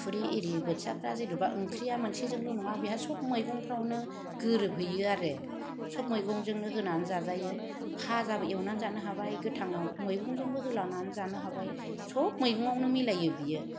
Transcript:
थुरि आरि बोथियाफ्रा जेनेबा ओंख्रिआ मोनसेजोंल' नङा सब मैगंफ्रावनो गोरोबहैयो आरो सब मैगंजोंनो होनानै जाजायो फाजाबो एउना जानो हाबाय गोथाङाव मैगंजोंबो होलानानै जानो हाबाय सब मैगंआवनो मिलायो बेयो